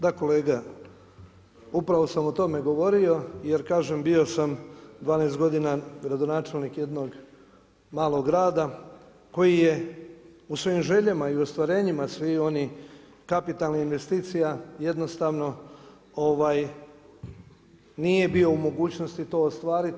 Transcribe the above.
Da kolega, upravo sam o tome govorio jer kažem bio sam 12 godina gradonačelnik jednog malog grada koji je u svojim željama i u ostvarenjima svih onih kapitalnih investicija jednostavno nije bio u mogućnosti to ostvariti.